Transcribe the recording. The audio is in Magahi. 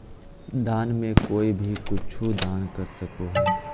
दान में कोई भी कुछु दान कर सको हइ